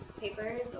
papers